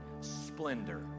Splendor